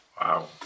Wow